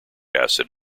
acid